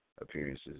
appearances